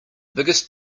biggest